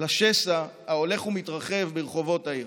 לשסע ההולך ומתרחב ברחובות העיר.